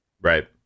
Right